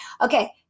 Okay